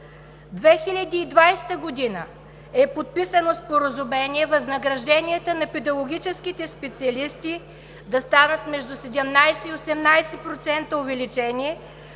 2020 г. е подписано споразумение възнагражденията на педагогическите специалисти да станат между 17 и 18% увеличение,